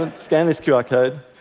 and scan this qr code.